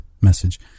message